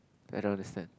I don't understand